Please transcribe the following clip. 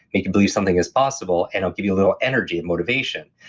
make you believe something is possible, and i'll give you a little energy and motivation,